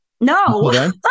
No